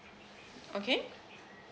okay